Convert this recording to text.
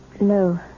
No